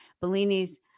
Bellini's